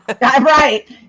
Right